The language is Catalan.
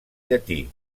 llatí